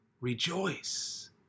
rejoice